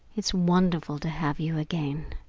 it's wonderful to have you again.